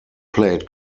played